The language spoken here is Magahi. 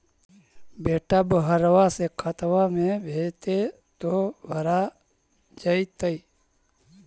बेटा बहरबा से खतबा में भेजते तो भरा जैतय?